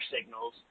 signals